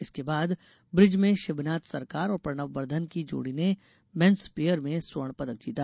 इसके बाद ब्रिज में शिबनाथ सरकार और प्रणब बर्धन की जोड़ी ने मेन्स पेयर में स्वर्ण पदक जीता